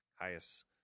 Caius